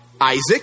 Isaac